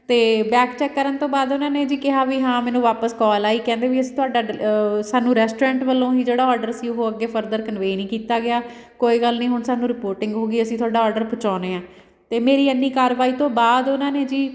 ਅਤੇ back check ਕਰਨ ਤੋਂ ਬਾਅਦ ਉਹਨਾਂ ਨੇ ਜੀ ਕਿਹਾ ਵੀ ਹਾਂ ਮੈਨੂੰ ਵਾਪਸ ਕੋਲ ਆਈ ਕਹਿੰਦੇ ਵੀ ਅਸੀਂ ਤੁਹਾਡਾ ਡਿਲ ਸਾਨੂੰ ਰੈਸਟੋਰੈਂਟ ਵੱਲੋਂ ਹੀ ਜਿਹੜਾ ਔਡਰ ਸੀ ਉਹ ਅੱਗੇ ਫਰਦਰ ਕਨਵੇ ਨਹੀਂ ਕੀਤਾ ਗਿਆ ਕੋਈ ਗੱਲ ਨਹੀਂ ਹੁਣ ਸਾਨੂੰ ਰਿਪੋਰਟਿੰਗ ਹੋ ਗਈ ਅਸੀਂ ਤੁਹਾਡਾ ਔਡਰ ਪਹੁੰਚਾਉਂਦੇ ਹਾਂ ਅਤੇ ਮੇਰੀ ਐਨੀ ਕਾਰਵਾਈ ਤੋਂ ਬਾਅਦ ਉਹਨਾਂ ਨੇ ਜੀ